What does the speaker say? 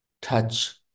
touch